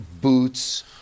boots